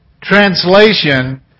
Translation